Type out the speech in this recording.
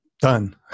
done